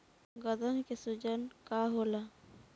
गदन के सूजन का होला?